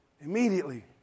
Immediately